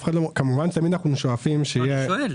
אני שואל.